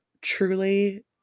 truly